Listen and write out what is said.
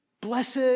Blessed